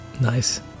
Nice